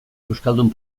euskaldun